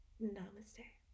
Namaste